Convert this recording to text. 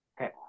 okay